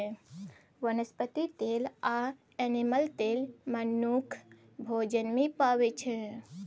बनस्पति तेल आ एनिमल तेल मनुख भोजन मे पाबै छै